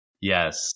Yes